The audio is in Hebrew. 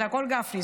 " זה הכול גפני,